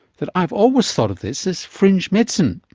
that i've always thought of this as fringe medicine.